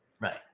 Right